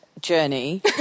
journey